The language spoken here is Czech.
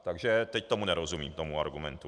Takže teď tomu nerozumím, tomu argumentu.